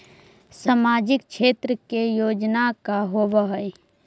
सामाजिक क्षेत्र के योजना का होव हइ?